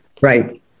Right